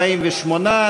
48,